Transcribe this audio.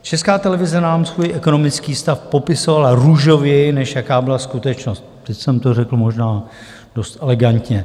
Česká televize nám svůj ekonomický stav popisovala růžověji, než jaká byla skutečnost teď jsem to řekl možná dost elegantně.